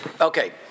Okay